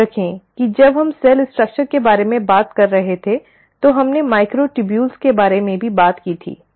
याद रखें कि जब हम सेल संरचना के बारे में बात कर रहे थे तो हमने माइक्रोट्यूबुल्स के बारे में बात की थी